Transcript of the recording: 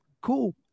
Cool